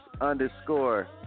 Underscore